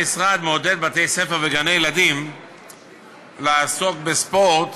המשרד מעודד בתי-ספר וגני-ילדים לעסוק בספורט